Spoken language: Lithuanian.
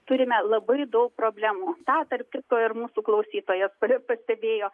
turime labai daug problemų tą tarp kitko ir mūsų klausytojas pa pastebėjo